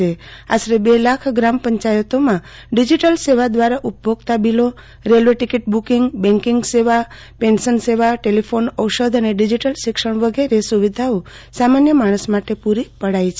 શ્રી મોદીએ કહ્યું કે આશરે બે લાખ ગ્રામપંચાયતોમાં ડીજીટલ સેવા દ્વારા ઉપભોક્તા બિલો રેલવે ટિકિટ બુકિંગ બેન્કીંગ સેવા પેન્શન સેવા ટેલિફોન ઓષધ અને ડીજીટલ શિક્ષણ વગેરે સુવિધાઓ સામાન્ય માણસ માટે પુરી પડાઈ છે